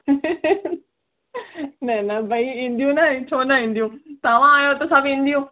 न न ॿई ईंदियूं न छो न ईंदियूं तव्हां आहियो त सभ ईंदियूं